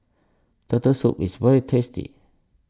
Turtle Soup is very tasty